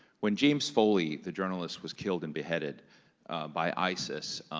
when james foley the journalist was killed and beheaded by isis,